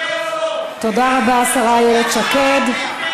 תודה רבה, השרה איילת שקד.